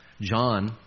John